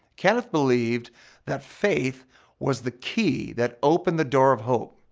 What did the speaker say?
kenneth believed that faith was the key that opened the door of hope.